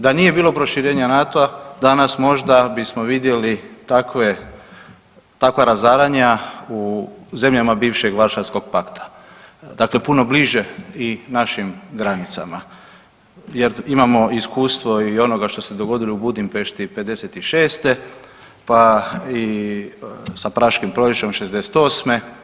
Da nije bilo proširenja NATO-a danas možda bismo vidjeli takve, takva razaranja u zemljama bivšeg Varšavskog pakta, dakle puno bliže i našim granicama jer imamo iskustvo i onoga što dogodilo u Budimpešti '56., pa i sa Praškim proljećem '68.